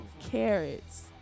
Carrots